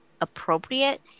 appropriate